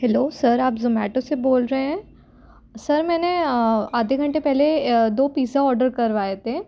hello sir आप ज़ोमैटो से बोल रहे हैं सर मैंने आधे घंटे पहले दो पिज़्ज़ा ऑडर करवाए थे